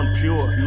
pure